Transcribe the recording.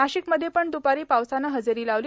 नाशिकमध्ये पण दुपारी पावसानं हजेरी लावली